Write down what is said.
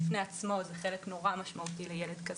בפני עצמו זה חלק נורא משמעותי בילד כזה.